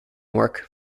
work